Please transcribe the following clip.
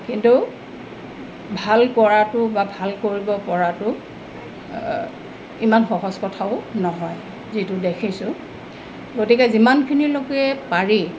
কিন্তু ভাল কৰাটো বা ভাল কৰিব পৰাটো ইমান সহজ কথাও নহয় যিটো দেখিছোঁ গতিকে যিমানখিনিলৈকে পাৰি